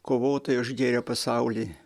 kovotojo už gėrio pasaulį